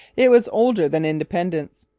it was older than independence,